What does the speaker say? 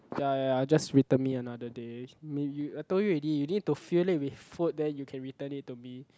ya ya ya just return me another day I told you already you need to fill it with food then you can return it me